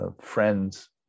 friends